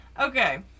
okay